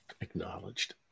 Acknowledged